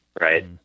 Right